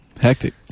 hectic